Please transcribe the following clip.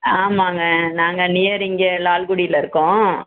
ஆமாங்க நாங்கள் நியர் இங்கே லால்குடியில் இருக்கோம்